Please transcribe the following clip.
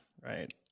Right